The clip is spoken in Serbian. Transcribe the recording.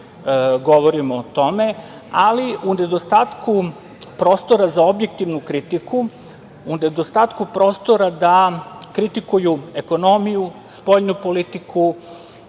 govorimo o tome. Ali u nedostatku prostora za objektivnu kritiku, u nedostatku prostora da kritikuju ekonomiju, spoljnu politiku